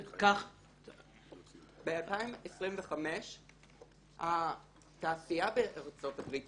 ב-2025 התעשייה בארצות הברית,